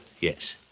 yes